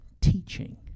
teaching